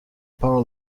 power